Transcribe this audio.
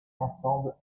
ensemble